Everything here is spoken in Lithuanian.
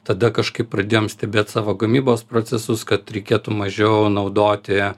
tada kažkaip pradėjom stebėt savo gamybos procesus kad reikėtų mažiau naudoti